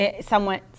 somewhat